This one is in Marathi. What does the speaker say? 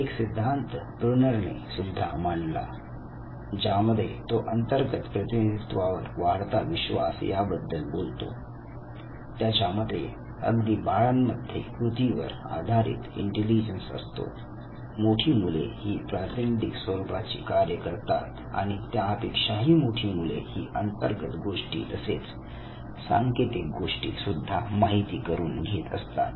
एक सिद्धांत ब्रूनर ने सुद्धा मांडला ज्यामध्ये तो अंतर्गत प्रतीनिधित्वावर वाढता विश्वास याबद्दल बोलतो त्याच्या मते अगदी बाळांमध्ये कृतींवर आधारित इंटेलिजन्स असतो मोठी मुले ही प्रातिनिधिक स्वरूपाची कार्य करतात आणि त्यापेक्षाही मोठी मुले ही अंतर्गत गोष्टी तसेच सांकेतिक गोष्टी सुद्धा माहिती करून घेत असतात